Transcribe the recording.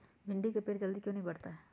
भिंडी का पेड़ जल्दी क्यों नहीं बढ़ता हैं?